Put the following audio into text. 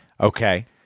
Okay